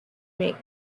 make